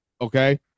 Okay